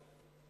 לא.